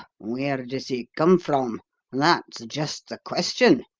where does he come from that's just the question,